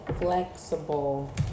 flexible